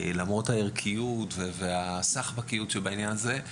למרות הערכיות והסחבקיות שבעניין הזה,